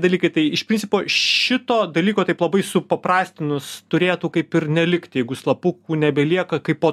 dalykai tai iš principo šito dalyko taip labai supaprastinus turėtų kaip ir nelikt jeigu slapukų nebelieka kaipo